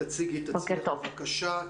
תציגי את עצמך, בבקשה.